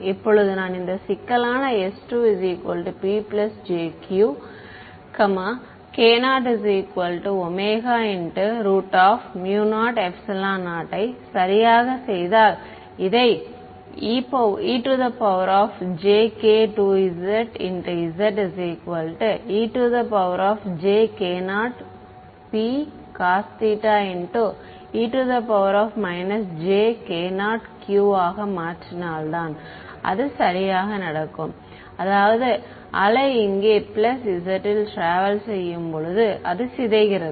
இப்போது நான் இந்த சிக்கலான s2pjq k0𝛚00 ஐ சரியாக செய்தால் இதை ejk2z zejk0 p cosϴe k0 qஆக மாற்றினால் தான் அது சரியாக நடக்கும் அதாவது அலை இங்கே பிளஸ் z இல் ட்ராவல் செய்யும் போது அது சிதைகிறது